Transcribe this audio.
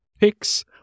picks